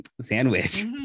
sandwich